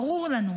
ברור לנו,